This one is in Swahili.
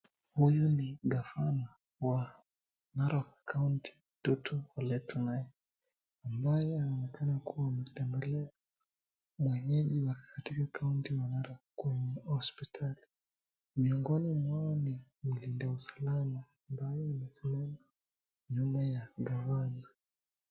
Huyu ni gavana wa Narok County , Patrick Ole Ntutu, ambaye anaonekana kuwa ametembelea wenyeji wake katika kaunti ya Narok kwenye hospitali. Miongoni mwao ni mlinda usalama ambaye amesimama nyuma ya gavana.